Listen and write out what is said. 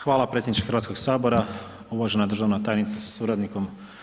Hvala predsjedniče Hrvatskog sabora, uvažena državna tajnice sa suradnikom.